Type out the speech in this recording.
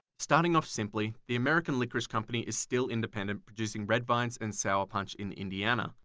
starting off simply. the american licorice company is still independent producing red vines and sour punch in indiana.